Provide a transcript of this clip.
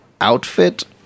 outfit